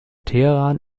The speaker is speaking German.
teheran